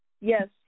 Yes